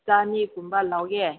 ꯆꯅꯤꯒꯨꯝꯕ ꯂꯧꯒꯦ